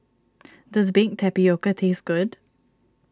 does Baked Tapioca taste good